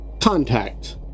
contact